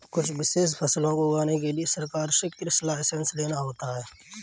कुछ विशेष फसलों को उगाने के लिए सरकार से कृषि लाइसेंस लेना होता है